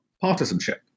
partisanship